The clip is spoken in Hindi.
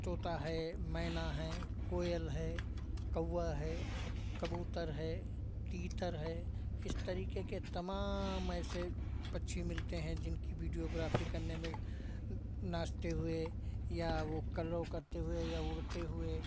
तोता है मैना है कोयल है कौआ है कबूतर है तीतर है इस तरीके से तमाम ऐसे पक्षी मिलते हैं जिनकी वीडियोग्राफी करने में नाचते हुए या वो कलरव करते हुए या उड़ते हुए